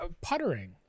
puttering